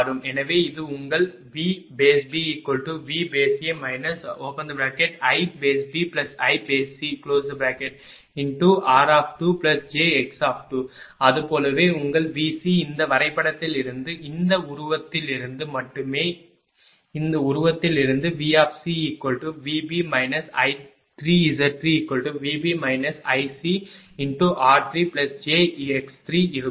எனவே இது உங்கள் VBVA iBiCr2jx2 அதேபோல் உங்கள் VC இந்த வரைபடத்திலிருந்து இந்த உருவத்திலிருந்து மட்டுமே இந்த உருவத்திலிருந்து VCVB I3Z3VB iCr3jx3 இருக்கும்